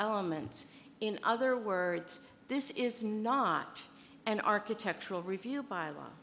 elements in other words this is not an architectural review by